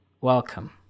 Welcome